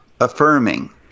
affirming